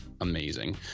amazing